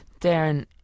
Darren